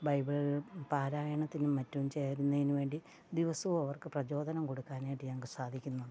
Bible പാരായണത്തിനും മറ്റും ചേരുന്നതിനുവേണ്ടി ദിവസവും അവർക്ക് പ്രചോദനം കൊടുക്കാനായിട്ട് ഞങ്ങൾക്ക് സാധിക്കുന്നുണ്ട്